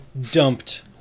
dumped